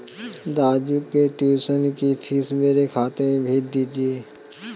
राजू के ट्यूशन की फीस मेरे खाते में भेज दीजिए